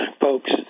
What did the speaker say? folks